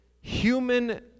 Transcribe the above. human